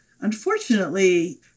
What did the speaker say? unfortunately